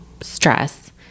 stress